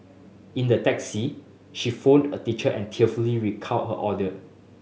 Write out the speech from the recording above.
in the taxi she phoned a teacher and tearfully recount her ordeal